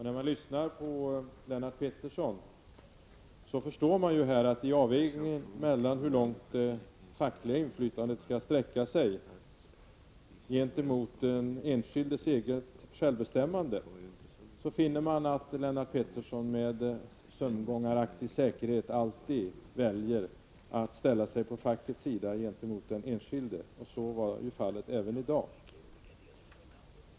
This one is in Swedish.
När man lyssnar på Lennart Pettersson förstår man att i fråga om avvägningen mellan hur långt det fackliga inflytandet skall sträcka sig och hur mycket självbestämmande den enskilde har, väljer Lennart Pettersson med sömngångaraktig säkerhet alltid att ställa sig på fackets sida gentemot den enskilde. Så var fallet även i dag.